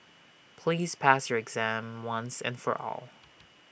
please pass your exam once and for all